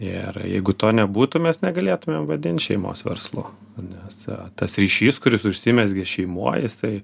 ir jeigu to nebūtų mes negalėtumėm vadint šeimos verslu nes tas ryšys kuris užsimezgė šeimoj jisai